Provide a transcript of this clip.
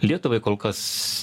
lietuvai kol kas